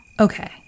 Okay